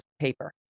paper